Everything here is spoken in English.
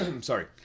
Sorry